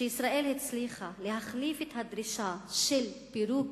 שישראל הצליחה להחליף את הדרישה לפירוק